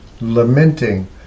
lamenting